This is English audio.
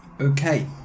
okay